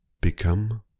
Become